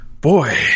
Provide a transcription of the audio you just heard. Boy